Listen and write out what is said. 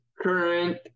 current